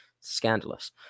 Scandalous